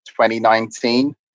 2019